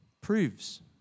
proves